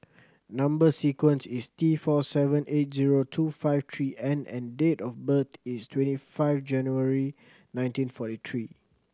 number sequence is T four seven eight zero two five three N and date of birth is twenty five January nineteen forty three